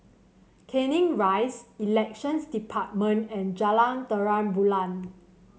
Canning Rise Elections Department and Jalan Terang Bulan